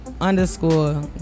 underscore